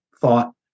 thought